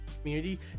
Community